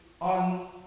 on